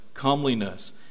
comeliness